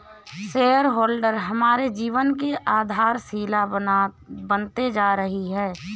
share holder हमारे जीवन की आधारशिला बनते जा रही है